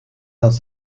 dans